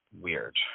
weird